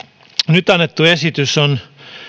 nyt annettu esitys on